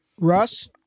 Russ